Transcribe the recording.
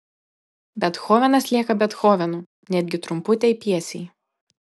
bethovenas lieka bethovenu netgi trumputėj pjesėj